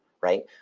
right